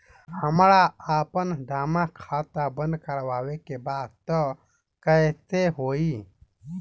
हमरा आपन जमा खाता बंद करवावे के बा त कैसे होई?